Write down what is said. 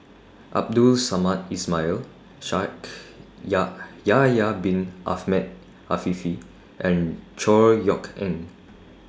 Abdul Samad Ismail Shaikh Yahya Bin Afifi and Chor Yeok Eng